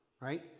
right